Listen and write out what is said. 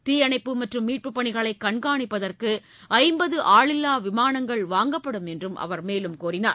தீயணைப்பு மற்றும் மீட்புப் பணிகளை கண்காணிப்பதற்கு ஐம்பது ஆளில்லா விமானங்கள் வாங்கப்படும் என்றார்